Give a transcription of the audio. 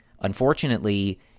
Unfortunately